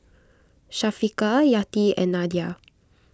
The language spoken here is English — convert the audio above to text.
Syafiqah Yati and Nadia